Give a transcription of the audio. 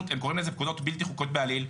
הם קוראים לזה פקודות בלתי חוקיות בעליל,